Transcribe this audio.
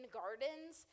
gardens